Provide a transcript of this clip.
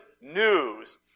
news